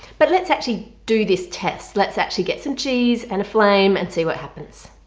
but let's actually do this test let's actually get some cheese and a flame and see what happens.